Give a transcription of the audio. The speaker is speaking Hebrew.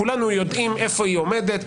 וכולנו יודעים איפה היא עומדת.